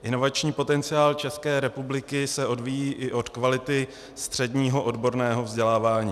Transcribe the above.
Inovační potenciál České republiky se odvíjí i od kvality středního odborného vzdělávání.